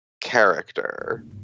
character